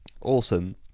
Awesome